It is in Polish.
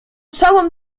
całą